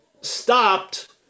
stopped